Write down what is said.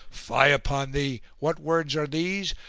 fie upon thee! what words are these?